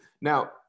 Now